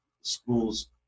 schools